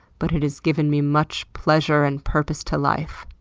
but it has given me much pleasure and purpose to life.